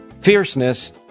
Fierceness